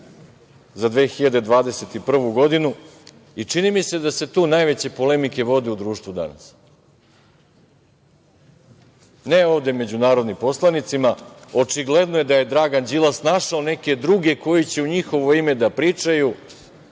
za 2021. godinu, i čini mi se da se tu vode najveće polemike u društvu danas, ne ovde među narodnim poslanicima, očigledno je da je Dragan Đilas našao neke druge koji će u njihovo ime da pričaju